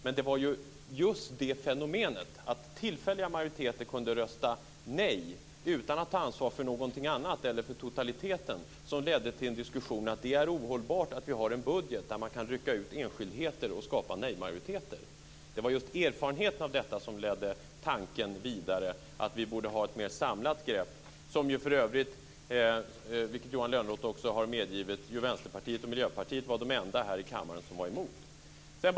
Men det var just detta fenomen - att tillfälliga majoriteter kunde rösta nej utan att ta ansvar för någonting annat eller för totaliteten som ledde till diskussionen att det är ohållbart att vi har en budget där man kan rycka ut enskildheter och skapa nejmajoriteter. Det var just erfarenheten av detta som ledde tanken på att vi borde ha ett mer samlat grepp vidare. Johan Lönnroth har ju för övrigt medgivit att Vänsterpartiet och Miljöpartiet var de enda här i kammaren som var emot detta.